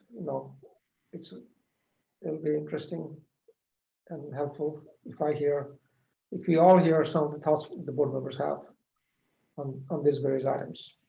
you know it's ah it'll be interesting and helpful if i hear if we all hear some thoughts that the board members have um on these various items.